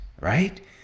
Right